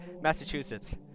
Massachusetts